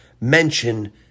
Mention